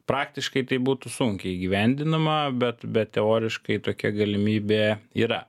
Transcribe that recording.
praktiškai tai būtų sunkiai įgyvendinama bet bet teoriškai tokia galimybė yra